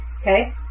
okay